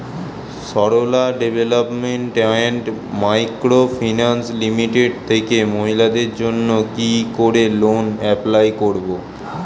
Sarala development and micro finance limited থেকে মহিলাদের জন্য কি করে লোন এপ্লাই করব?